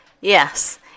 Yes